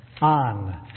on